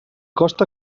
costa